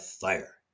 fire